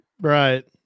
Right